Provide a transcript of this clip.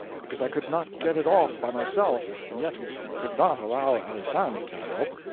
because i could not get it off by myself and yet could not allow alisande to help,